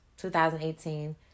2018